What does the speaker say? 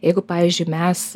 jeigu pavyzdžiui mes